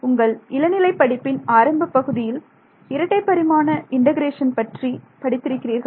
உங்கள் இளநிலை படிப்பின் ஆரம்பப் பகுதியில் இரட்டை பரிமாண இண்டெகரேஷன் பற்றி படித்திருக்கிறீர்கள்